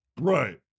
Right